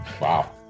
Wow